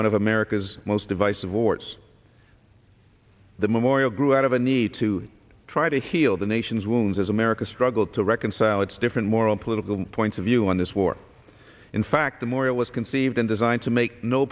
one of america's most divisive wards the memorial grew out of a need to try to heal the nation's wounds as america struggled to reconcile its different moral political points of view on this war in fact the moral conceived and designed to make no